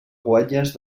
guatlles